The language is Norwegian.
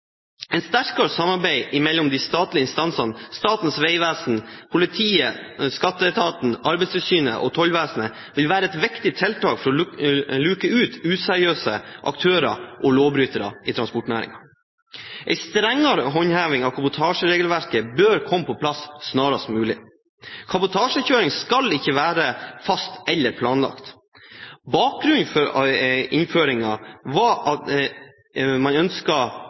sterkere samarbeid mellom de statlige instansene Statens vegvesen, politiet, skatteetaten, Arbeidstilsynet og Tollvesenet vil være et viktig tiltak for å luke ut useriøse aktører og lovbrytere i transportnæringen. En strengere håndheving av kabotasjeregelverket bør komme på plass snarest mulig. Kabotasjekjøring skal ikke være fast eller planlagt. Bakgrunnen for innføringen var at man